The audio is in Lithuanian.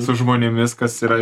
su žmonėmis kas yra